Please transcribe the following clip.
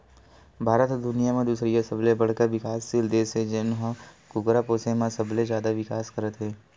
भारत ह दुनिया म दुसरइया सबले बड़का बिकाससील देस हे जउन ह कुकरा पोसे म सबले जादा बिकास करत हे